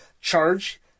charge